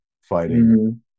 fighting